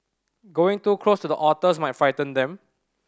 going too close to the otters may frighten them